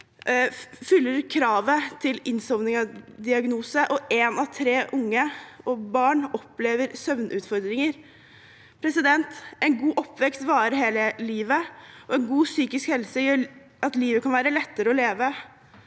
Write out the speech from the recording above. oppfyller kravet til innsovningsdiagnose, og én av tre barn og unge opplever søvnutfordringer. En god oppvekst varer hele livet, og en god psykisk helse gjør at livet kan være lettere å leve.